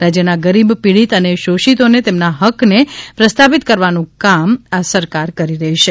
રાજ્યના ગરીબ પિડીત અને શોષિતોને તેમના હક્કને પ્રસ્થાપિત કરવાનું કામ આ સરકાર કરી રહી છે